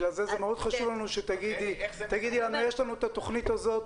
לכן זה מאוד חשוב לנו שתגידי יש לנו את התוכנית הזאת,